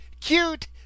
Cute